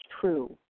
true